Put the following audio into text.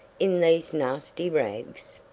in these nasty rags?